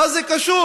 מה זה קשור?